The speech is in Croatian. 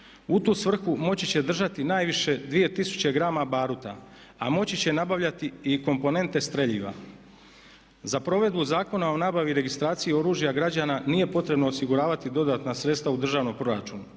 U tu svrhu moći će držati najviše 2000 g baruta, a moći će nabavljati i komponente streljiva. Za provedbu Zakona o nabavi i registraciji oružja građana nije potrebno osiguravati dodatna sredstva u državnom proračunu.